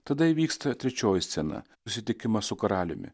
tada įvyksta trečioji scena susitikimas su karaliumi